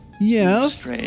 Yes